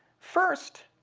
first,